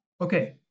Okay